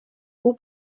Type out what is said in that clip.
pół